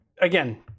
again